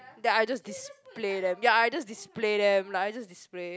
that I just display them ya I just display them like I just display